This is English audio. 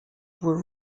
were